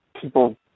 people